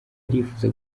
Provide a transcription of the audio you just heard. arifuza